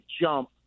jump